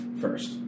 first